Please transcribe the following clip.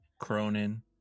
Cronin